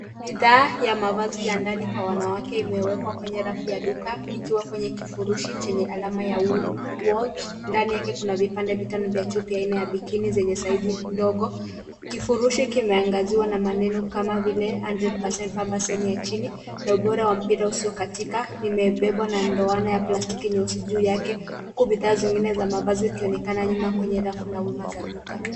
Bidhaa ya mavazi ya ndani kwa wanawake imewekwa kwenye rafu ya duka ikiwa kwenye kifurusi chenye alama ya Walls . Ndani yake kuna vipande vitano vya chupi aina ya bikini zenye saizi ndogo. Kifurushi kimeangaziwa na maneno kama vile 100 percent bumper sehemu ya chini na ubora wa mpira usiokatika imebebwa na ndoana ya plastiki nyeusi juu yake, huku bidhaa zingine za mavazi zikionekana nyuma kwenye rafu za nyuma za duka.